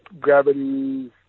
gravity